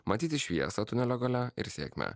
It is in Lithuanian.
matyti šviesą tunelio gale ir sėkmę